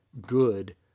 good